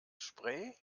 spray